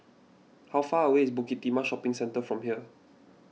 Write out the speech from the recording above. how far away is Bukit Timah Shopping Centre from here